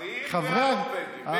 השרים והנורבגים.